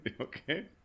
Okay